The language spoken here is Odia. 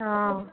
ହଁ